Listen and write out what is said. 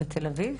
בתל אביב?